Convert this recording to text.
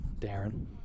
Darren